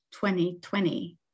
2020